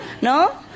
No